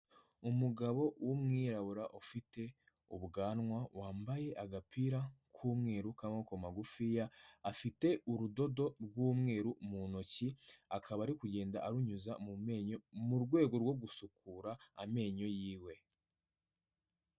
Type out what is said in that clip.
Umugabo w'umwirabura ufite ubwanwa, wambaye agapira k'umweru k'amaboko magufiya, afite urudodo rw'umweru mu ntoki, akaba ari kugenda arunyuza mu menyo mu rwego rwo gusukura amenyo y'iwe.